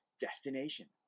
Destination